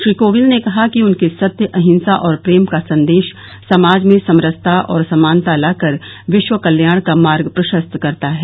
श्री कोविंद ने कहा कि उनके सत्य अहिंसा और प्रेम का संदेश समाज में समरसता और समानता लाकर विश्व कल्याण का मार्ग प्रशस्त करता है